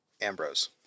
Ambrose